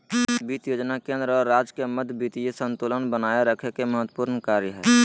वित्त योजना केंद्र और राज्य के मध्य वित्तीय संतुलन बनाए रखे के महत्त्वपूर्ण कार्य हइ